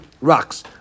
rocks